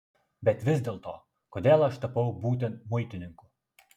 bet vis dėlto kodėl aš tapau būtent muitininku